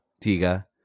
Tiga